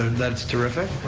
that's terrific.